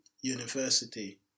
university